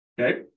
okay